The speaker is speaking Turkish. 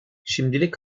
şimdilik